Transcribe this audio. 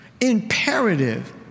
imperative